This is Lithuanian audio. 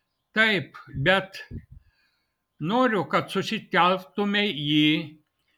taip bet noriu kad susitelktumei į